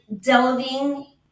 delving